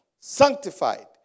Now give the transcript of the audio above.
sanctified